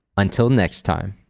until next time.